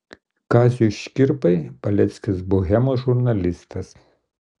kaziui škirpai paleckis bohemos žurnalistas